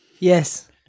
Yes